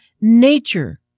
nature